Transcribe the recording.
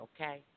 Okay